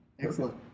Excellent